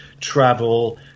travel